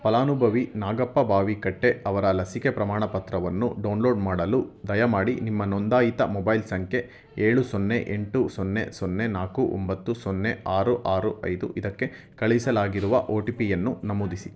ಫಲಾನುಭವಿ ನಾಗಪ್ಪ ಬಾವಿಕಟ್ಟೆ ಅವರ ಲಸಿಕೆ ಪ್ರಮಾಣಪತ್ರವನ್ನು ಡೌನ್ಲೋಡ್ ಮಾಡಲು ದಯಮಾಡಿ ನಿಮ್ಮ ನೊಂದಾಯಿತ ಮೊಬೈಲ್ ಸಂಖ್ಯೆ ಏಳು ಸೊನ್ನೆ ಎಂಟು ಸೊನ್ನೆ ಸೊನ್ನೆ ನಾಲ್ಕು ಒಂಬತ್ತು ಸೊನ್ನೆ ಆರು ಆರು ಐದು ಇದಕ್ಕೆ ಕಳುಹಿಸಲಾಗಿರುವ ಒ ಟಿ ಪಿಯನ್ನು ನಮೂದಿಸಿ